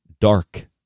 dark